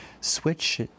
switch